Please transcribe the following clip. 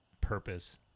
purpose